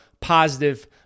positive